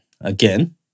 again